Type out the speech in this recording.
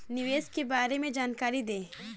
निवेश के बारे में जानकारी दें?